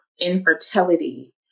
infertility